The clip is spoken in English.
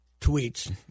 tweets